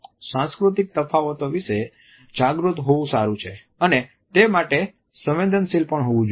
સાંસ્કૃતિક તફાવતો વિશે જાગૃત હોવું સારું છે અને તે માટે સંવેદનશીલ પણ હોવું જોઈએ